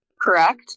correct